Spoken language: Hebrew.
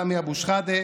סמי אבו שחאדה,